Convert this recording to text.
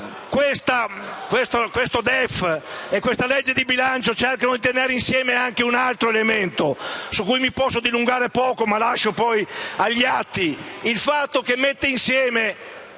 al DEF e la legge bilancio cercano di tenere insieme anche un altro elemento (su cui mi posso dilungare poco, lasciando agli atti